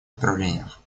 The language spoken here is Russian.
направлениях